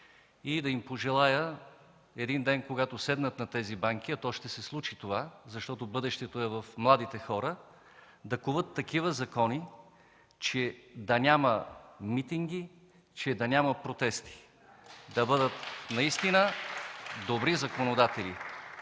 и да им пожелая един ден, когато седнат на тези банки, а това ще се случи, защото бъдещето е в младите хора, да коват такива закони, че да няма митинги, да няма протести, да бъдат наистина добри законодатели.